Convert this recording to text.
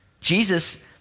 Jesus